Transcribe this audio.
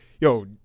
yo